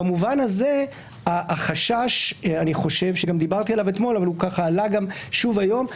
במובן הזה אני חושב שהחשש שגם דיברתי עליו אתמול אבל הוא עלה שוב היום,